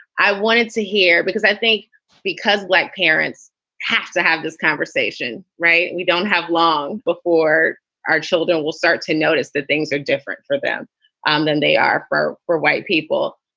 i wanted to hear because i think because black parents have to have this conversation. right. we don't have long before our children will start to notice that things are different for them um than they are for for white people.